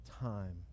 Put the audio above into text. time